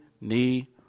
knee